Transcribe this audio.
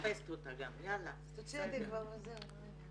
יאללה, תוציאי אותי וזהו.